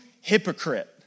hypocrite